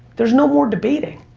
there's no more debating.